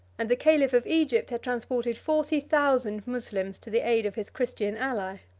and the caliph of egypt had transported forty thousand moslems to the aid of his christian ally.